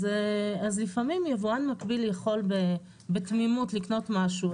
אז לפעמים יבואן מקביל יכול בתמימות לקנות משהו,